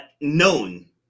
known